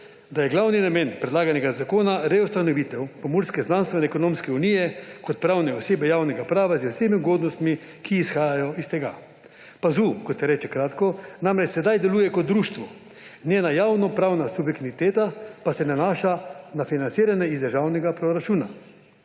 da je glavni namen predlaganega zakona reustanovitev Pomurske akademsko-znanstvene unije kot pravne osebe javnega prava z vsemi ugodnostmi, ki izhajajo iz tega. PAZU, kot se reče kratko, namreč zdaj deluje kot društvo, njena javnopravna subjektiviteta pa se nanaša na financiranje iz državnega proračuna.